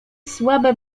słabe